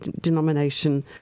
denomination